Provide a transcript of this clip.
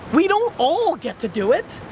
we don't all get to do it,